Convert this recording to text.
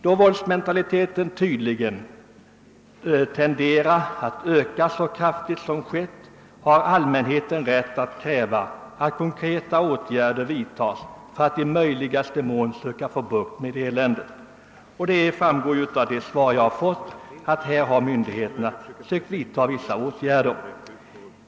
Då mentaliteten tydligen tenderar att öka kraftigt har allmänheten rätt att kräva att konkreta åtgärder vidtas för att i möjligaste mån söka få bukt med eländet, och det framgår av det svar jag har fått att myndigheterna har sökt vidta vissa åtgärder i detta syfte.